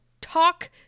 talk